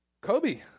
Kobe